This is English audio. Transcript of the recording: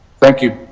thank you?